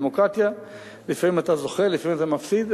בדמוקרטיה לפעמים אתה זוכה, לפעמים אתה מפסיד.